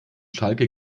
schalke